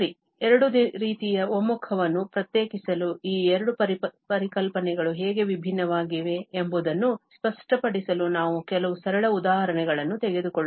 ಸರಿ ಎರಡು ರೀತಿಯ ಒಮ್ಮುಖವನ್ನು ಪ್ರತ್ಯೇಕಿಸಲು ಈ ಎರಡು ಪರಿಕಲ್ಪನೆಗಳು ಹೇಗೆ ಭಿನ್ನವಾಗಿವೆ ಎಂಬುದನ್ನು ಸ್ಪಷ್ಟಪಡಿಸಲು ನಾವು ಕೆಲವು ಸರಳ ಉದಾಹರಣೆಗಳನ್ನು ತೆಗೆದುಕೊಳ್ಳುತ್ತೇವೆ